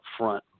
upfront